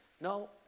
No